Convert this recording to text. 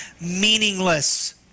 meaningless